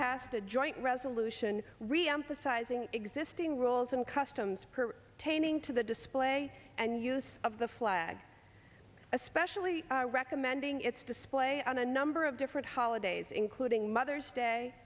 passed a joint resolution reemphasizing existing rules and customs per taining to the display and use of the flag especially recommending its display on a number of different holidays including mother's day